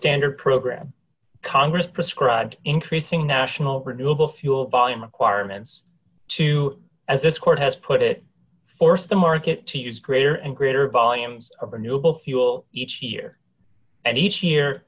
standard program congress prescribed increasing national renewable fuel volume acquirements to as this court has put it force the market to use greater and greater volumes of the new book fuel each year and each year